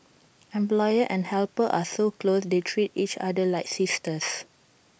employer and helper are so close they treat each other like sisters